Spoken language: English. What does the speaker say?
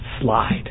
slide